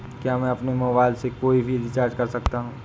क्या मैं अपने मोबाइल से कोई भी रिचार्ज कर सकता हूँ?